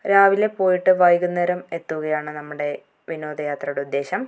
രാവിലെ പോയിട്ട് വൈകുന്നേരം എത്തുകയാണ് നമ്മുടെ വിനോദയാത്രയുടെ ഉദ്ദേശം